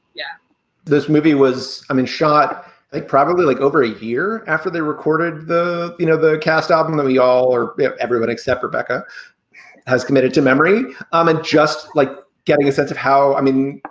yeah this movie was, i mean, shot like probably like over a year after they recorded the, you know, the cast album that we all or everyone except rebecca has committed to memory. and um ah just like getting a sense of how. i mean,